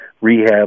rehab